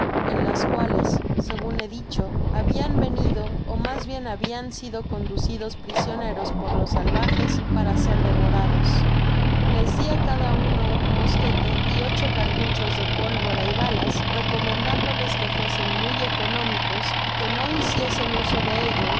ea las cuales segun he dicho habian venido ó mas bien habian sido conducidos prisioneros por los salvajes para ser devorados les di á cada uno un mosquete y ocho cartuchos de pólvora y balas recomendándoles que fuesen muy económicos y que no hiciesen uso de